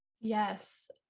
Yes